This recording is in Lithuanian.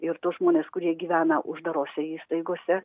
ir tuos žmones kurie gyvena uždarose įstaigose